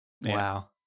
Wow